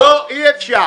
לא, אי-אפשר.